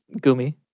Gumi